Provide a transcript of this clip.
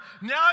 Now